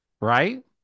right